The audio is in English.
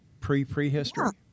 pre-prehistory